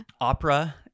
opera